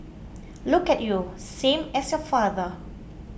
look at you same as your father